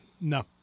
No